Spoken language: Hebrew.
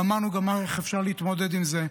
אמרנו גם איך אפשר להתמודד עם זה,